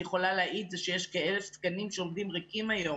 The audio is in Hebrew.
יכולה להעיד זה שיש כ-1,000 תקנים שעומדים היום